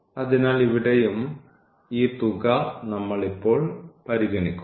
അതിനാൽ ഇവിടെയും ഈ തുക നമ്മൾ ഇപ്പോൾ പരിഗണിക്കും